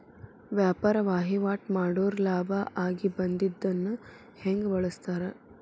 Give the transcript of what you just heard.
ವ್ಯಾಪಾರ್ ವಹಿವಾಟ್ ಮಾಡೋರ್ ಲಾಭ ಆಗಿ ಬಂದಿದ್ದನ್ನ ಹೆಂಗ್ ಬಳಸ್ತಾರ